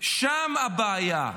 שם הבעיה.